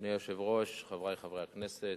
אדוני היושב-ראש, חברי חברי הכנסת,